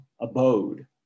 abode